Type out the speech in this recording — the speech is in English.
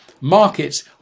Markets